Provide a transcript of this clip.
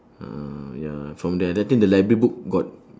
ah ya from that I think the library book got